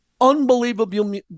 Unbelievable